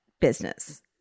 business